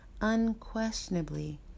unquestionably